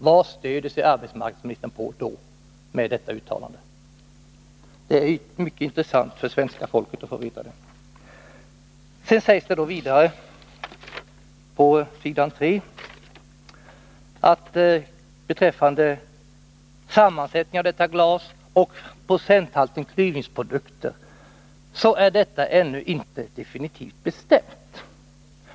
Vad stöder arbetsmarknadsministern i så fall detta uttalande på? Det är mycket intressant för svenska folket att få veta det. Vidare sägs det att inte heller sammansättningen av detta glas och procenthalten klyvningsprodukter ännu är definitivt bestämda.